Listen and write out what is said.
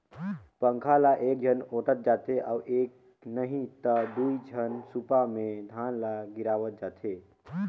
पंखा ल एकझन ओटंत जाथे अउ एक नही त दुई झन सूपा मे धान ल गिरावत जाथें